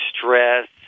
stress